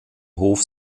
hof